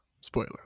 Spoiler